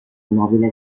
nobile